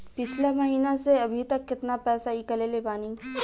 पिछला महीना से अभीतक केतना पैसा ईकलले बानी?